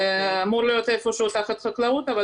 זה אמור להיות איפה שהוא תחת חקלאות אבל